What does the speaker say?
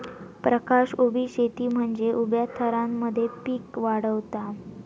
प्रकाश उभी शेती म्हनजे उभ्या थरांमध्ये पिका वाढवता